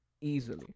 easily